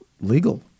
legal